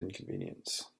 inconvenience